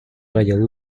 ради